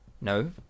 No